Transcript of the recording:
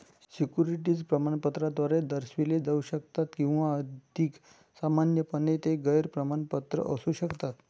securities प्रमाणपत्राद्वारे दर्शविले जाऊ शकतात किंवा अधिक सामान्यपणे, ते गैर प्रमाणपत्र असू शकतात